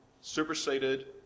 superseded